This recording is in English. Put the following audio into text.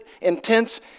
intense